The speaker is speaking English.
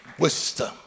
wisdom